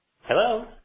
Hello